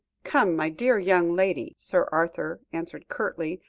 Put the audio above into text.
come, my dear young lady, sir arthur answered curtly,